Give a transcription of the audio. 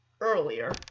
earlier